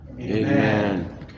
Amen